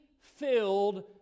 filled